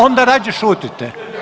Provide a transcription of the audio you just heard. Onda rađe šutite.